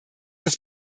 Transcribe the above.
das